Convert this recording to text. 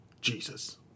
Jesus